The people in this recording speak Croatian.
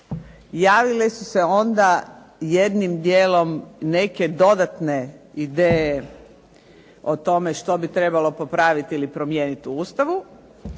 javile su se onda jednim dijelom neke dodatne ideje o tome što bi trebalo popraviti ili promijeniti u Ustavu,